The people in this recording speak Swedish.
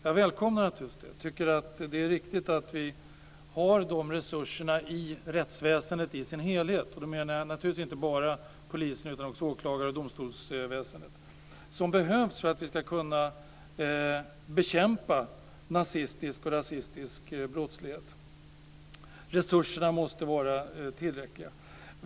Jag välkomnar naturligtvis detta. Det är viktigt att det finns de resurser i rättsväsendet - och då menar jag inte bara polisen utan också åklagarna och domstolsväsendet - som behövs för att man ska kunna bekämpa nazistisk och rasistisk brottslighet. Resurserna måste vara tillräckliga.